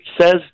says